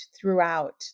throughout